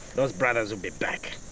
those brothers will be back.